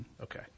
Okay